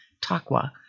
Takwa